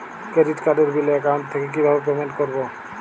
Credit কার্ডের bill account থেকে কিভাবে পেমেন্ট করবো?